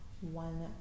one